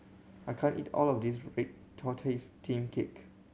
I can't eat all of this red tortoise steamed cake